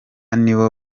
nibo